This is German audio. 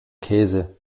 käse